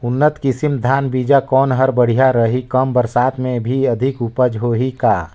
उन्नत किसम धान बीजा कौन हर बढ़िया रही? कम बरसात मे भी अधिक उपज होही का?